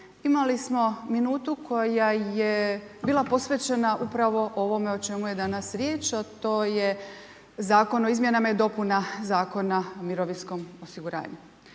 imali smo minutu koja je bila posvećena upravo ovome o čemu je danas riječ, a to je zakon o izmjenama i dopunama Zakona o mirovinskom osiguranju.